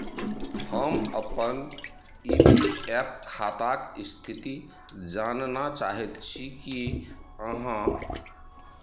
हम अपन E P F खाताक स्थिति जानना चाहैत छी की अहाँ